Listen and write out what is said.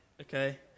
okay